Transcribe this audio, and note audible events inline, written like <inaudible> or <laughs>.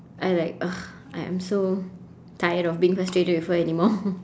I like ugh I am so tired of being frustrated with her anymore <laughs>